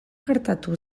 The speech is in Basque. gertatu